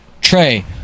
Trey